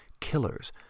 killers